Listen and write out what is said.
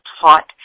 taught